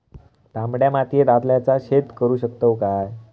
तामड्या मातयेत आल्याचा शेत करु शकतू काय?